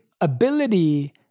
ability